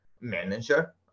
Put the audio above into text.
manager